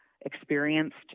experienced